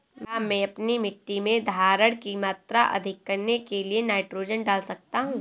क्या मैं अपनी मिट्टी में धारण की मात्रा अधिक करने के लिए नाइट्रोजन डाल सकता हूँ?